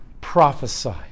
prophesy